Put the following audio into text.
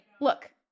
look